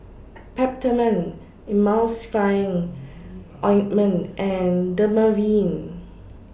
Peptamen Emulsying Ointment and Dermaveen